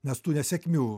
nes tų nesėkmių